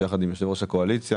יחד עם יושב-ראש הקואליציה,